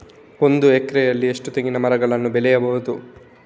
ಒಂದು ಎಕರೆಯಲ್ಲಿ ಎಷ್ಟು ತೆಂಗಿನಮರಗಳು ಬೆಳೆಯಬಹುದು?